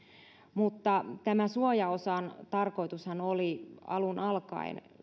mutta tämän suojaosan tarkoitushan oli alun alkaen